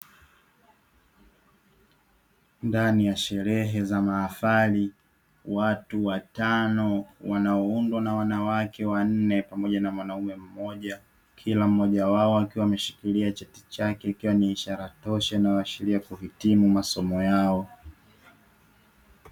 Ndani ya sherehe za mahafali watu watano wanaoundwa na wanawake wanne pamoja na mwanaume mmoja, kila mmoja wao akiwa ameshikilia cheti chake ikiwa ni ishara tosha inayoashiria kuhitimu masomo yao.